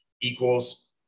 equals